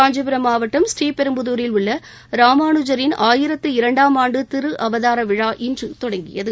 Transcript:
காஞ்சிபுரம் மாவட்டம் ஸ்ரீபெரும்புதூரில் உள்ள ராமானுஜரின் ஆயிரத்து இரண்டாம் ஆண்டு திருஅவதார விழா இன்று தொடங்கியது